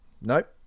Nope